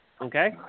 Okay